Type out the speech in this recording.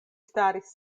staris